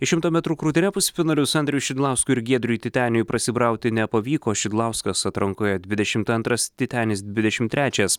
į šimto metrų krūtine pusfinalius andriui šidlauskui ir giedriui titeniui prasibrauti nepavyko šidlauskas atrankoje dvidešimt antras titenis dvidešimt trečias